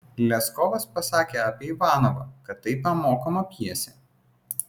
leskovas pasakė apie ivanovą kad tai pamokoma pjesė